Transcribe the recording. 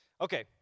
Okay